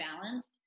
balanced